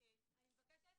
אני מבקשת